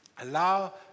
allow